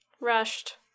rushed